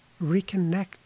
reconnect